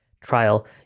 trial